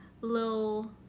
little